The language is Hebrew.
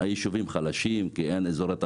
היישובים חלשים כי אין אזורי תעשייה,